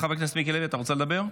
חבר הכנסת מיקי לוי, אתה רוצה לדבר?